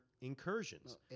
incursions